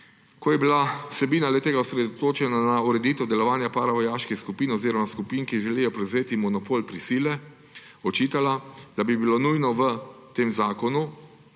ko je bila vsebina le-tega osredotočena na ureditev delovanja paravojaških skupin oziroma skupin, ki želijo prevzeti monopol prisile, očitala, da bi bilo nujno v tem zakonu